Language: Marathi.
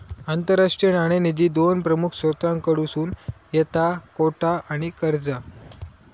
आंतरराष्ट्रीय नाणेनिधी दोन प्रमुख स्त्रोतांकडसून येता कोटा आणि कर्जा